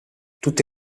tutte